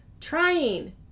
trying